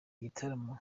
igitaramo